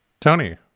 Tony